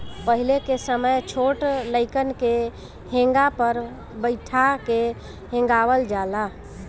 पहिले के समय छोट लइकन के हेंगा पर बइठा के हेंगावल जाला